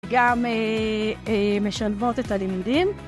גם משלבות את הלימודים